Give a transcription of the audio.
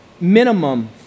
minimum